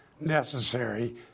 necessary